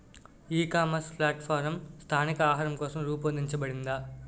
ఈ ecommerce platform స్థానిక ఆహారం కోసం రూపొందించబడిందా?